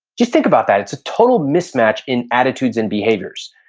just think about that. it's a total mismatch in attitudes and behaviors.